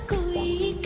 away!